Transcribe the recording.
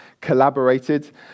collaborated